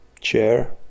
chair